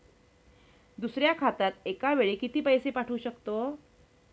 दुसऱ्या खात्यात एका वेळी किती पैसे पाठवू शकतो?